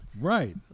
Right